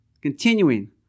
continuing